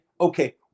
okay